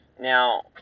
Now